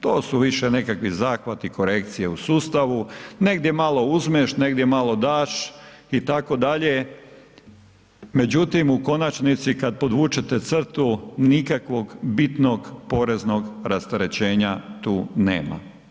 To su više nekakvi zahvati, korekcije u sustavu, negdje malo uzmeš, negdje malo daš itd., međutim u konačnici kada podvučete crtu nikakvog bitnog poreznog rasterećenja tu nema.